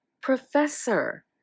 Professor